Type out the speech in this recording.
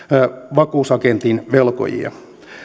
vakuusagentin velkojia